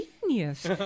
genius